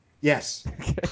Yes